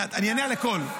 אני אענה על הכול.